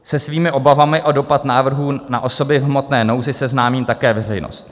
Se svými obavami o dopad návrhu na osoby v hmotné nouzi seznámím také veřejnost.